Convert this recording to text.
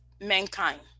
mankind